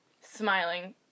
smiling